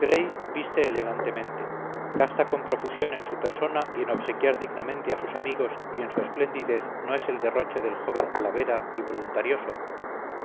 gray viste elegantemente gasta con profusión en su persona y en obsequiar dignamente a sus amigos y su esplendidez no es el derroche del joven calavera y voluntarioso